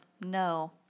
no